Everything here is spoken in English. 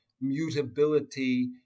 mutability